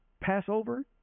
Passover